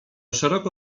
szeroko